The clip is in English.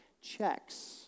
checks